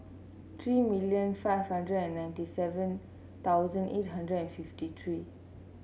three million five hundred and ninety seven thousand eight hundred and fifty three